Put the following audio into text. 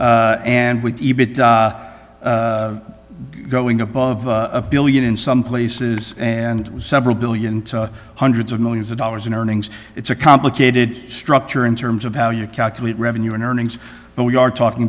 and with even going above a billion in some places and several billion hundreds of millions of dollars in earnings it's a complicated structure in terms of how you calculate revenue and earnings but we are talking